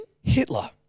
Hitler